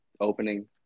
opening